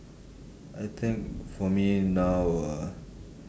I think for me now ah